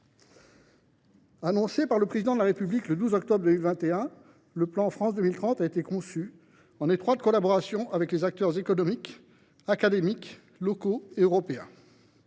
Annoncé par le Président de la République le 12 octobre 2021, le plan France 2030 a été conçu en étroite collaboration avec les acteurs économiques et académiques, locaux et européens,